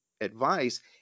advice